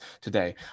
today